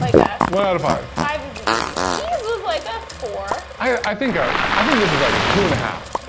like one out of five. five is the easiest. ease was like a four. i think ah i mean this is like a two and a half.